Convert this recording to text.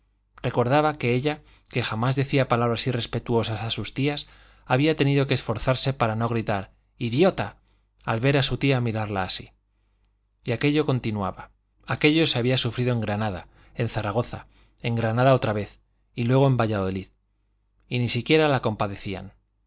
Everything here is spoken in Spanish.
recordaba que ella que jamás decía palabras irrespetuosas a sus tías había tenido que esforzarse para no gritar idiota al ver a su tía mirarla así y aquello continuaba aquello se había sufrido en granada en zaragoza en granada otra vez y luego en valladolid y ni siquiera la compadecían